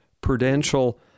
Prudential